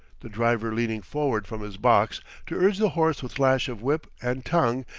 the driver leaning forward from his box to urge the horse with lash of whip and tongue,